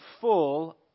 full